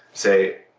say,